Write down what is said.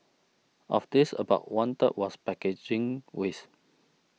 of this about one third was packaging waste